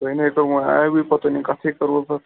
تُہۍ نَے سون آیوٕے پَتہٕ تُہۍ نَے کتھٕے کَروٕ پَتہٕ